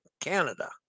Canada